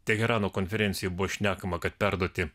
teherano konferencijoje buvo šnekama kad perduoti